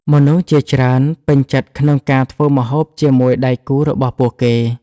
មនុស្សជាច្រើនពេញចិត្តក្នុងការធ្វើម្ហូបជាមួយដៃគូរបស់ពួកគេ។